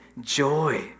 Joy